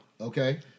Okay